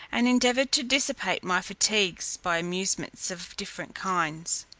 and endeavoured to dissipate my fatigues by amusements of different kinds.